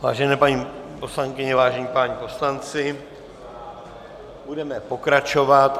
Vážené paní poslankyně, vážení páni poslanci, budeme pokračovat.